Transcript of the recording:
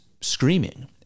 screaming